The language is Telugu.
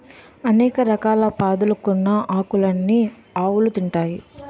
అనేక రకాల పాదులుకున్న ఆకులన్నీ ఆవులు తింటాయి